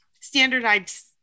standardized